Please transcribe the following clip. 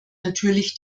natürlich